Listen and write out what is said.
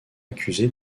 accusé